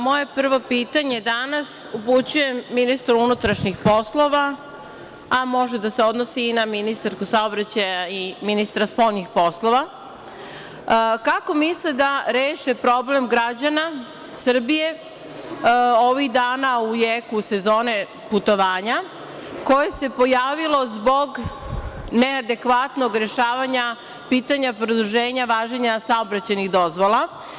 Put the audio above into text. Moje prvo pitanje danas upućujem ministru unutrašnjih poslova, a može da se odnosi i na ministarku saobraćaja i ministra spoljnih poslova - kako misle da reše problem građana Srbije ovih dana u jeku sezone putovanja, koji se pojavio zbog neadekvatnog rešavanja pitanja produženja važenja saobraćajnih dozvola?